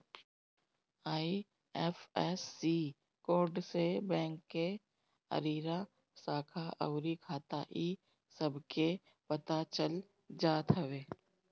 IFSC code से bank के area, शाखा अउरी खाता इ सब के पता चल जात हवे